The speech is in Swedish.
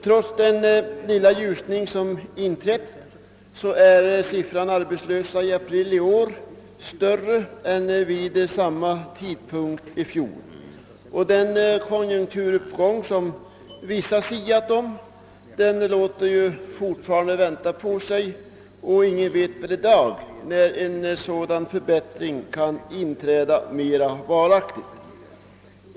Trots den lilla ljusning som inträtt är antalet arbetslösa i april i år större än vid samma tidpunkt i fjol. Den konjunkturuppgång som vissa personer siat om låter fortfarande vänta på sig, och ingen vet väl i dag när en sådan förbättring kan inträda mera varaktigt.